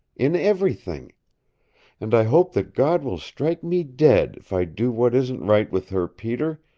in everything and i hope that god will strike me dead if i do what isn't right with her, peter!